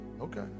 okay